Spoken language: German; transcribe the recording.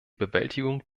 bewältigung